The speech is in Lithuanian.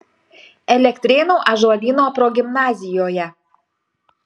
elektrėnų ąžuolyno progimnazijoje